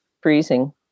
freezing